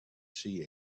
see